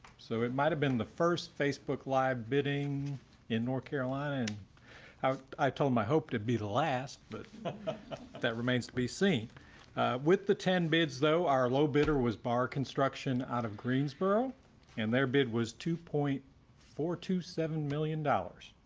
so it might have been the first facebook live bidding in north carolina and i told him i hope to be the last but that remains to be seen with the ten bids though our low bidder was bar construction out of greensboro and their bid was two point four to seven million dollars